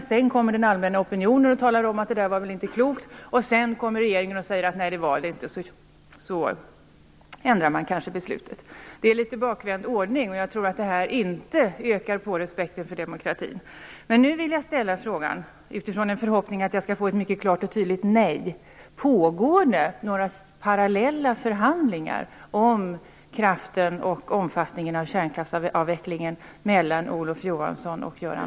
Därefter kommer den allmänna opinionen och talar om att det beslutet inte var klokt, och sedan säger regeringen: Nej, det var det inte. Och så ändrar man kanske beslutet. Detta är en bakvänd ordning. Jag tror inte att den ökar respekten för demokratin. I förhoppningen att jag skall få ett mycket klart och tydligt nej till svar vill jag nu ställa frågan: Pågår det några parallella förhandlingar om kraften och omfattningen av kärnkraftsavvecklingen mellan Olof Johansson och Göran